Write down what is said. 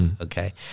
Okay